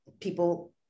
people